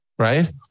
Right